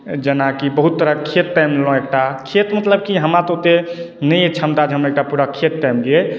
जेनाकि बहुत तरहक खेत तामि लेलहुँ एकटा खेत मतलब की हमरा तऽ ओतेक नहि अइ छमता जे हम एकटा पूरा खेत तामि लियै